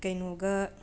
ꯀꯩꯅꯣꯒ